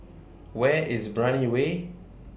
Where IS Brani Way